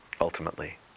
ultimately